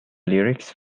lyrics